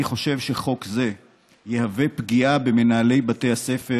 אני חושב שחוק זה יהווה פגיעה במנהלי בתי הספר